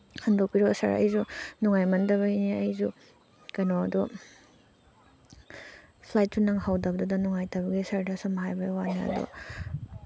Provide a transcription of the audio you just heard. ꯍꯟꯗꯣꯛꯄꯤꯔꯛꯑꯣ sir ꯑꯩꯁꯨ ꯅꯨꯡꯉꯥꯏꯃꯟꯗꯕꯩꯅꯦ ꯑꯩꯁꯨ ꯀꯩꯅꯣꯗꯨ ꯐ꯭ꯂꯥꯏꯠꯁꯨ ꯅꯪꯍꯧꯗꯕꯗꯨꯗ ꯅꯨꯡꯉꯥꯏꯇꯕꯒꯤ ꯁꯥꯔꯗ ꯁꯨꯝ ꯍꯥꯏꯕꯩ ꯋꯥꯅꯦ ꯑꯗꯣ